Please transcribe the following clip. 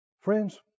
Friends